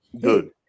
good